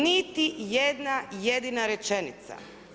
Niti jedna, jedna rečenica.